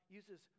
uses